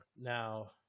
Now